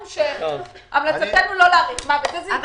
ויגידו שהם ממליצים לא להאריך, אז בזה זה ייגמר?